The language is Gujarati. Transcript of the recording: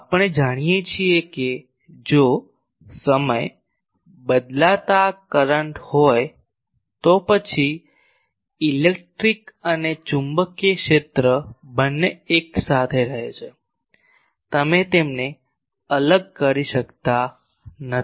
આપણે જાણીએ છીએ કે જો સમય બદલાતા કરંટ હોય તો પછી ઇલેક્ટ્રિક અને ચુંબકીય ક્ષેત્ર બંને એક સાથે રહે છે તમે તેમને અલગ કરી શકતા નથી